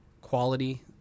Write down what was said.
quality